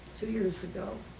two years ago.